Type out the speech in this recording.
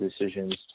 decisions